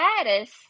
status